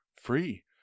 free